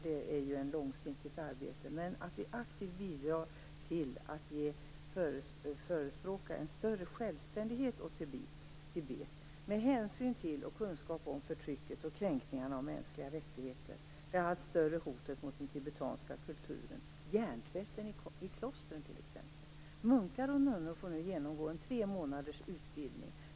Det är ju ett långsiktigt arbete, men jag skulle vilja att vi aktivt bidrar till att förespråka en större självständighet åt Tibet med hänsyn till och kunskap om förtrycket och kränkningarna av de mänskliga rättigheterna, det allt större hotet mot den tibetanska kulturen och hjärntvätten i klostren t.ex. Munkar och nunnor får nu genomgå en tre månaders utbildning.